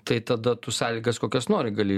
tai tada tu sąlygas kokias nori gali